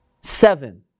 seven